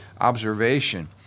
observation